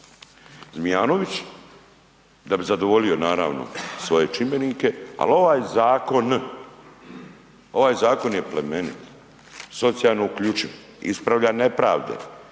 Zmijanović da bi zadovoljio naravno svoje čimbenike, ali ovaj zakon, ovaj zakon je plemenit, socijalno uključiv, ispravlja nepravde.